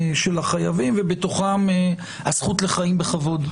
ובתוכם הזכות לחיים בכבוד,